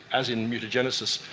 as in mutagenesis,